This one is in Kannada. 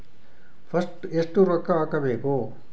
ಫಸ್ಟ್ ಎಷ್ಟು ರೊಕ್ಕ ಹಾಕಬೇಕು?